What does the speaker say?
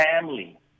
family